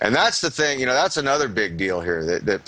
and that's the thing you know that's another big deal here that